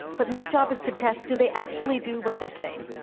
but my job is to test, do they actually do what they say?